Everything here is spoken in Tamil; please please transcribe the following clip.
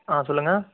ஆ சொல்லுங்கள்